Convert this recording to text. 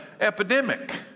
epidemic